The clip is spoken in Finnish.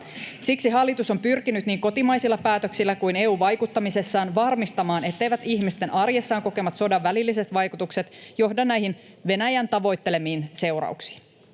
Siksi hallitus on pyrkinyt niin kotimaisilla päätöksillä kuin EU-vaikuttamisessaan varmistamaan, etteivät ihmisten arjessaan kokemat sodan välilliset vaikutukset johda näihin Venäjän tavoittelemiin seurauksiin.